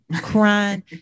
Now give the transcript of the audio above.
crying